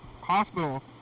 hospital